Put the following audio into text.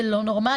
זה לא נורמלי.